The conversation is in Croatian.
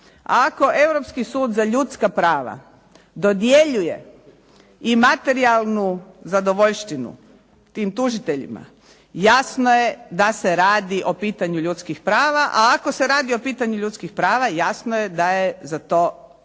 ako Europski sud za ljudska prava dodjeljuje i materijalnu zadovoljštinu tim tužiteljima jasno je da se radi o pitanju ljudskih prava a ako se radi o pitanju ljudskih prava jasno je da je za to nadležan